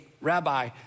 rabbi